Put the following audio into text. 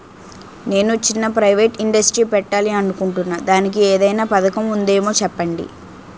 నేను చిన్న private industry పెట్టాలి అనుకుంటున్నా దానికి ఏదైనా పథకం ఉందేమో చెప్పండి?